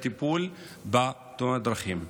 בטיפול בתאונות דרכים.